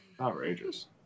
Outrageous